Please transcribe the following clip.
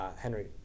Henry